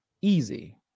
easy